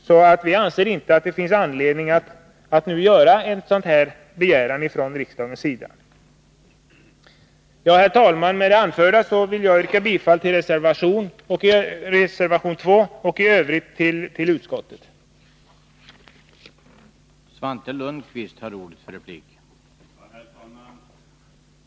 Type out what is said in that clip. Vi surningen anser inte att det nu finns anledning för riksdagen att göra en sådan begäran. Herr talman! Med det anförda vill jag yrka bifall till reservation 2 och i Övrigt till utskottets hemställan.